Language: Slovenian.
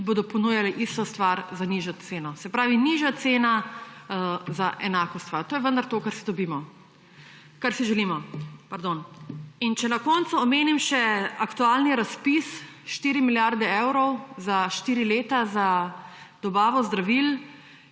ki bodo ponujali isto stvar za nižjo ceno. Se pravi nižja cena za enako stvar, to je vendar to, kar si želimo. Če na koncu omenim še aktualni razpis, 4 milijarde evrov za štiri leta za dobavo zdravil,